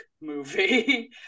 movie